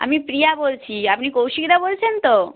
আমি প্রিয়া বলছি আপনি কৌশিকদা বলছেন তো